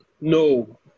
No